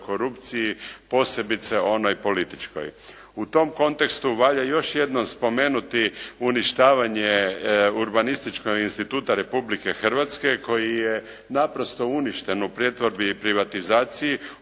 korupciji posebice onoj političkoj. U tom kontekstu valja još jednom spomenuti uništavanje Urbanističkog instituta Republike Hrvatske koji je naprosto uništen u prijetvorbi i privatizaciji